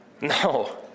No